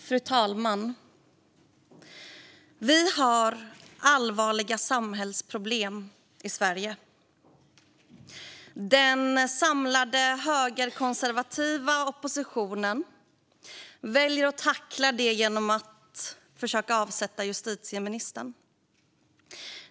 Fru talman! Vi har allvarliga samhällsproblem i Sverige. Den samlade högerkonservativa oppositionen väljer att tackla dem genom att försöka avsätta justitieministern.